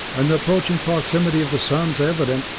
and the approaching proximity of the suns evident,